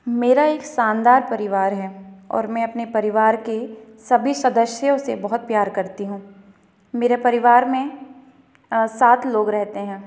मेरा एक शानदार परिवार है और मैं अपने परिवार के सभी सदस्यों से बहुत प्यार करती हूँ मेरे परिवार में सात लोग रहते हैं